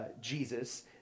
Jesus